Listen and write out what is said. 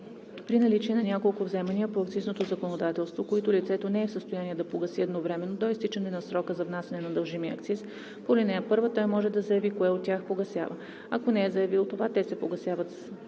При наличие на няколко вземания по акцизното законодателство, които лицето не е в състояние да погаси едновременно до изтичане на срока за внасяне на дължимия акциз по ал. 1, той може да заяви кое от тях погасява. Ако не е заявил това, те се погасяват